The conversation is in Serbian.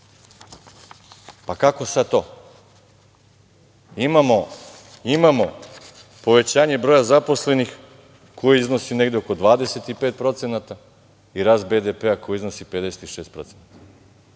A, kako sada to? Imamo povećanje broja zaposlenih, koji iznosi negde oko 25% i rast BDP koji iznosi 56%.